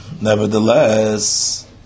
nevertheless